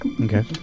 Okay